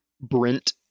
Brent